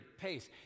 pace